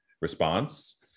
response